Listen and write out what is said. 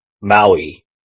Maui